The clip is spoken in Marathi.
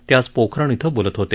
ते आज पोखरण इथं बोलत होते